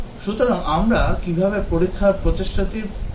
সুতরাং আমরা কীভাবে পরীক্ষার প্রচেষ্টাটির পরিকল্পনা করব